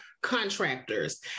contractors